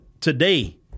today